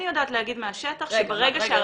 אני יודעת להגיד מהשטח שברגע ש --- רגע.